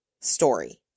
story